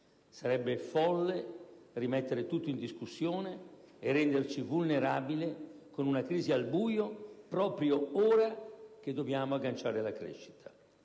Sarebbe folle rimettere tutto in discussione e renderci vulnerabili con una crisi al buio proprio ora che dobbiamo agganciare la crescita.